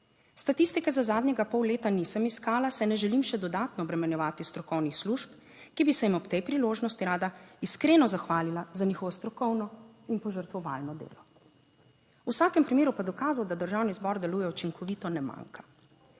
Statistike za zadnjega pol leta nisem iskala, saj ne želim še dodatno obremenjevati strokovnih služb, ki bi se jim ob tej priložnosti rada iskreno zahvalila za njihovo strokovno in požrtvovalno delo. V vsakem primeru pa dokazov, da državni zbor deluje učinkovito, ne manjka.